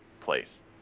place